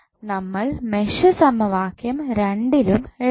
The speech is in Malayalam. നമ്മൾ മെഷ് സമവാക്യം രണ്ടിലും എഴുതണം